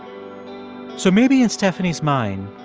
so maybe in stephanie's mind,